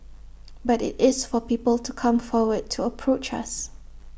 but IT is for people to come forward to approach us